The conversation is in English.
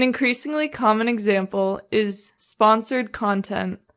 increasingly common example is sponsored content,